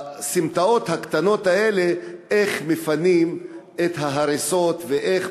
בסמטאות הקטנות האלה איך מפנים את ההריסות ואיך